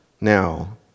now